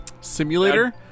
Simulator